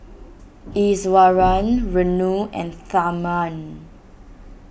Iswaran Renu and Tharman